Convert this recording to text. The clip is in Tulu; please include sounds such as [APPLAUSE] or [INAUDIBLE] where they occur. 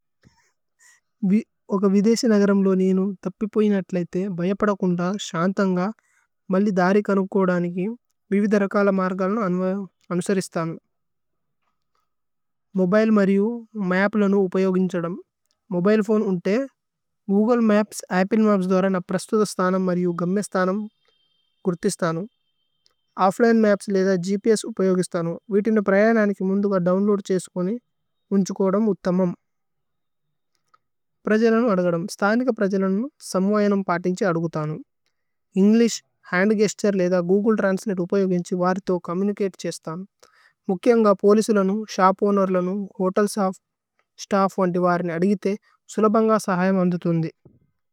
[LAUGHS] ഓക വിദേസി നഗരമ് ലോ നീനു। ഥപ്പി പോഈനു അത്ല ഇഥേ ബയ പദകുന്ദ। ശന്ഥന്ഗ മല്ലി ദാരി കനുക്കോദനികി। വിവി ദരകല മര്ഗലുനു അനുസരി ഇസ്ഥനു। മോബിലേ മരയു മപ്ലനു ഉപയോഗിന്ഛദമ്। മോബിലേ ഫോനേ ഉന്തേ ഗൂഗ്ലേ മപ്സ് അപ്പ്ലേ മപ്സ്। ദോര ന പ്രസ്തുധ സ്തനമ് മരയു ഘമ്മേ। സ്തനമ് കുര്ഥിസ്ഥനു ഓഫ്ഫ്ലിനേ മപ്സ് ലേജ ഗ്പ്സ്। ഉപയോഗിസ്ഥനു വീതിനു പ്രയനനികി മുന്ദുഗ। ദോവ്ന്ലോഅദ് ഛേസുകോനി ഉന്ഛുകോദമ് ഉഥമമ്। [HESITATION] പ്രജലമു അദുഗദമു സ്തനിക। പ്രജലമു സമ്വയനമ് പതിന്ഛി അദുഗുഥനു। ഏന്ഗ്ലിശ് ഹന്ദ് ഗേസ്തുരേ ലേജ ഗൂഗ്ലേ ത്രന്സ്ലതേ। ഉപയോഗിന്ഛി വരിഥോ ചോമ്മുനിചതേ ഛേസ്ഥനു। മുക്യമ്ഗ പോലിസിലനു ശോപ് ഓവ്നേര്ലനു ഹോതേല്। സ്തഫ്ഫ് വന്തി വരിനി അദിഗിഥേ സുലബന്ഗ। സഹയമ് അന്ദുഥുന്ദി।